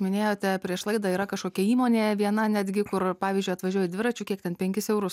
minėjote prieš laidą yra kažkokia įmonė viena netgi kur pavyzdžiui atvažiuoji dviračiu kiek ten penkis eurus